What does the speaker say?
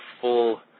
full